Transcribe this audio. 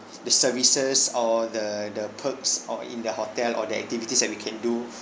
the services or the the perks or in the hotel or the activities that we can do